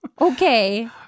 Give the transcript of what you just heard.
Okay